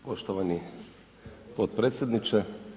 Poštovani potpredsjedniče.